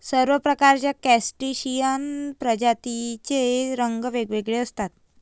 सर्व प्रकारच्या क्रस्टेशियन प्रजातींचे रंग वेगवेगळे असतात